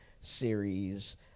series